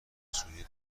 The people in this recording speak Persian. سوری